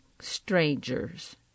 strangers